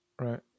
Right